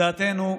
בדעתנו,